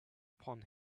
upon